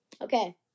okay